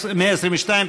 הסתייגויות.